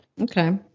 Okay